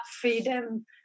freedom